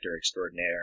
extraordinaire